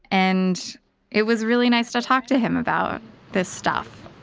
and it was really nice to talk to him about this stuff.